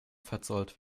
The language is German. verzollt